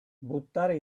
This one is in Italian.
buttare